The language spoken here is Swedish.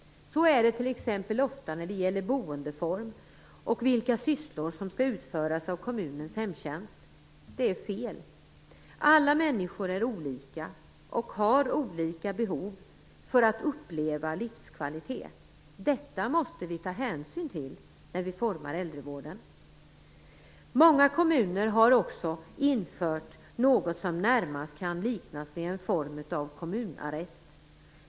Så är det t.ex. ofta när det gäller boendeform och vilka sysslor som skall utföras av kommunens hemtjänst. Det är fel. Alla människor är olika och har olika behov vad gäller livskvalitet. Detta måste vi ta hänsyn till när vi formar äldrevården. Många kommuner har infört något som närmast kan liknas vid en form av kommunarrest.